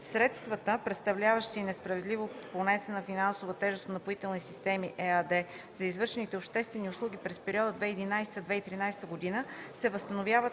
Средствата, представляващи несправедливо понесена финансова тежест от „Напоителни системи” – ЕАД, за извършените обществени услуги през периода 2011-2013 г., се възстановяват